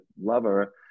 lover